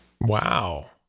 Wow